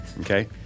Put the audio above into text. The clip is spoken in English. okay